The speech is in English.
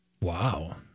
Wow